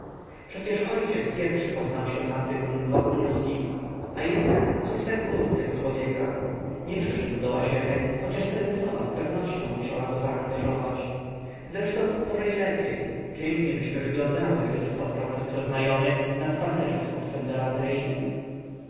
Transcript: przecież ojciec pierwszy poznał się na tym wokulskim a jednak cóż za gbur z tego człowieka nie przyszedł do łazienek choć prezesowa z pewnością musiała go zaangażować zresztą może i lepiej piękniebyśmy wyglądały gdyby spotkał nas kto znajomy na spacerze z kupcem